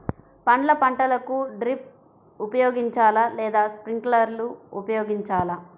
పండ్ల పంటలకు డ్రిప్ ఉపయోగించాలా లేదా స్ప్రింక్లర్ ఉపయోగించాలా?